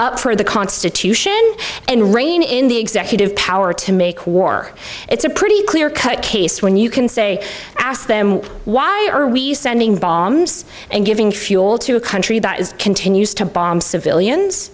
up for the constitution and rein in the executive power to make war it's a pretty clear cut case when you can say ask them why are we sending bombs and giving fuel to a country that is continues to bomb civilians